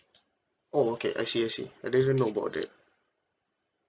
oh okay I see I see I didn't know about it